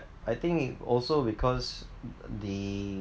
I think also because the